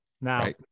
Now